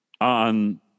on